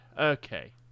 Okay